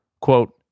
Quote